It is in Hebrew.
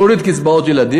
להוריד מקצבאות ילדים,